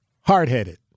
Hard-headed